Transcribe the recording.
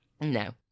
No